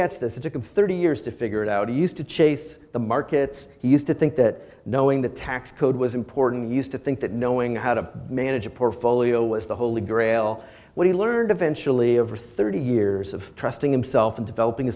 good thirty years to figure it out or used to chase the markets he used to think that knowing the tax code was important used to think that knowing how to manage a portfolio was the holy grail what he learned eventually over thirty years of trusting himself and developing a